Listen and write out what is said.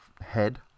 head